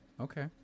okay